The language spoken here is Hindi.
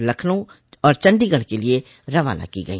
लखनऊ और चंडीगढ़ के लिए रवाना की गई